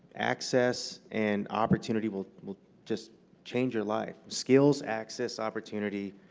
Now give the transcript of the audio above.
access and opportunity will will just change your life, skills, access, opportunity,